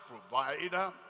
provider